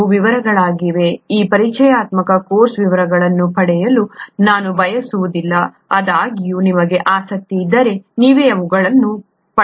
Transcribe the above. ಇವು ವಿವರಗಳಾಗಿವೆ ಈ ಪರಿಚಯಾತ್ಮಕ ಕೋರ್ಸ್ನಲ್ಲಿ ವಿವರಗಳನ್ನು ಪಡೆಯಲು ನಾನು ಬಯಸುವುದಿಲ್ಲ ಆದಾಗ್ಯೂ ನಿಮಗೆ ಆಸಕ್ತಿ ಇದ್ದರೆ ನೀವೇ ಇವುಗಳನ್ನು ಪಡೆಯಬಹುದು